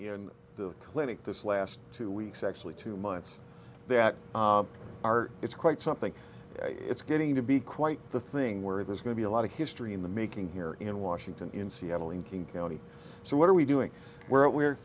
in the clinic this last two weeks actually two months that are it's quite something it's getting to be quite the thing where there's going to be a lot of history in the making here in washington in seattle in king county so what are we doing we're we're